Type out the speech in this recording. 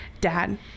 dad